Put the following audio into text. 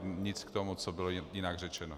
Nic k tomu, co bylo jinak řečeno.